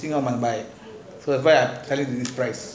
that is why I tell you this price